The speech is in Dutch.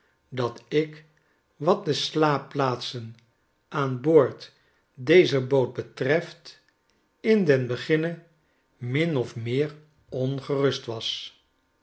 dat ik wat de slaapplaatsen aan boord dezer boot betreft in den beginne min of meer ongerust was